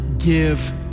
give